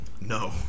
No